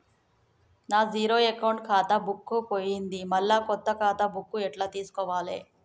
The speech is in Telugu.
నా జీరో అకౌంట్ ఖాతా బుక్కు పోయింది మళ్ళా కొత్త ఖాతా బుక్కు ఎట్ల తీసుకోవాలే?